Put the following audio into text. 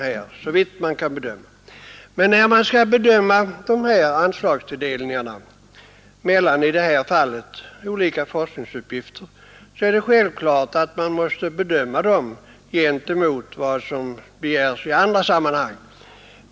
När man skall bedöma fördelningen av anslag mellan olika forskningsuppgifter är det självklart att man måste avväga dem gentemot vad som begärs i andra sammanhang.